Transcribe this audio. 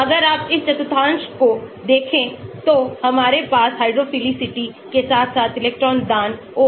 अगर आप इस चतुर्थांश को देखें तो हमारे पास हाइड्रोफिलिसिटी के साथ साथ इलेक्ट्रॉन दान OH प्रकार की प्रणाली NH2 OH है